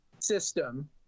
system